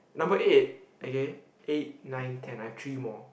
number eight okay eight nine ten I have three more